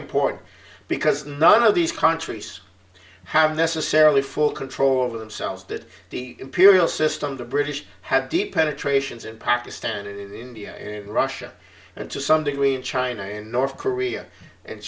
important because none of these countries have necessarily full control over themselves that the imperial system the british had deep penetrations in pakistan and india russia and to some degree in china and north